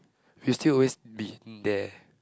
you still always being there